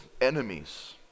enemies